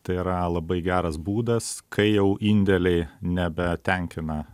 tai yra labai geras būdas kai jau indeliai nebetenkina